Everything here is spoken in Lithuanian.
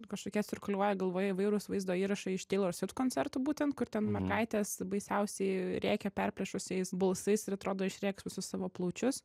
kažkokie cirkuliuoja galvoje įvairūs vaizdo įrašai iš teilor svift koncertų būtent kur ten mergaitės baisiausiai rėkia perplėšusiais balsais ir atrodo išrėks visus savo plaučius